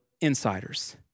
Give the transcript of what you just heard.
insiders